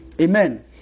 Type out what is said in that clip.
Amen